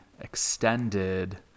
extended